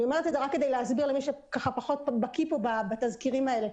אני אומרת את זה רק כדי להסביר למי שפחות בקיא בתזכירים האלה.